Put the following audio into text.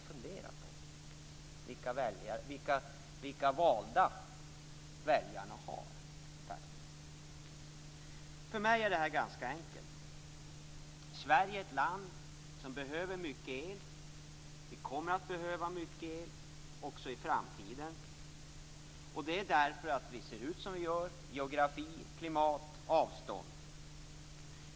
Det tål att fundera på vilka valda som väljarna har. För mig är detta ganska enkelt. Sverige är ett land som behöver mycket el. Vi kommer att behöva mycket el också i framtiden. Det beror på att Sverige ser ut som det gör: geografi, klimat och avstånd.